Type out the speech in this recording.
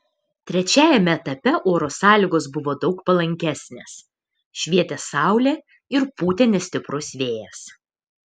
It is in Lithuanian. trečiajame etape oro sąlygos buvo daug palankesnės švietė saulė ir pūtė nestiprus vėjas